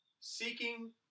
Seeking